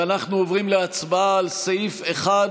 ואנחנו עוברים להצבעה על סעיף 1,